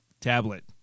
Tablet